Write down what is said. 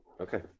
Okay